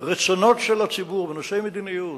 הרצונות של הציבור בנושאי מדיניות,